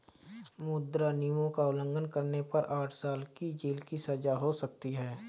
मुद्रा नियमों का उल्लंघन करने पर आठ साल की जेल की सजा हो सकती हैं